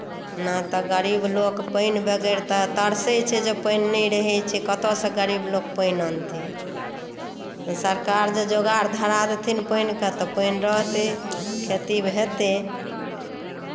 नहि तऽ गरीब लोग पानि बगैर तरसैत छै जऽ पानि नहि रहैत छै कतयसँ गरीब लोग पानि अनतै सरकार जे जुगाड़ धरा देथिन पानिके तऽ पानि रहतै खेती हेतै